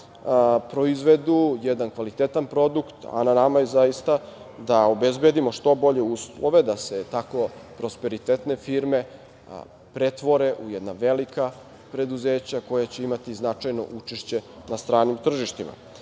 da proizvedu jedan kvalitetan produkt, a na nama je zaista da obezbedimo što bolje uslove da se tako prosperitetne firme pretvore u jedna velika preduzeća koja će imati značajno učešće na stranim tržištima. Kada